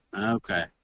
Okay